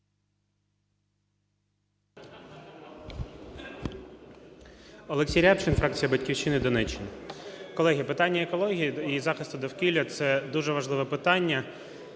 Олексій Рябчин, фракція "Батьківщина", Донеччина. Колеги, питання екології і захисту довкілля – це дуже важливе питання.